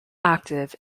active